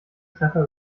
treffer